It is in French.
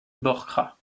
borja